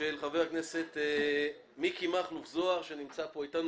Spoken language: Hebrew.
של חבר הכנסת מיקי מכלוף זוהר שנמצא פה איתנו,